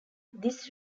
this